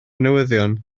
newyddion